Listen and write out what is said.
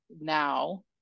now